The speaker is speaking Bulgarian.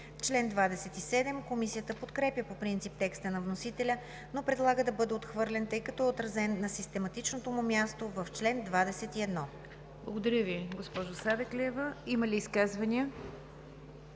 Член 27 – Комисията подкрепя по принцип текста на вносителя, но предлага да бъде отхвърлен, тъй като е отразен на систематичното му място в чл. 21. ПРЕДСЕДАТЕЛ НИГЯР ДЖАФЕР: Благодаря Ви, госпожо Савеклиева. Има ли изказвания?